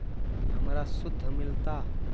हमरा शुद्ध मिलता?